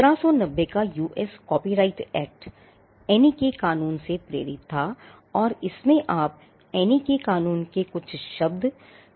1790 का US copyright act देख सकते हैं